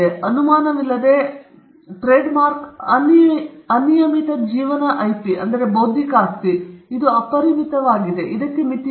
ಅನುಮಾನವಿಲ್ಲದೆ trademark ಅನಿಯಮಿತ ಜೀವನ IP ಬೌದ್ಧಿಕ ಆಸ್ತಿ ಇದು ಅಪರಿಮಿತವಾಗಿದೆ ಇದಕ್ಕೆ ಮಿತಿ ಇಲ್ಲ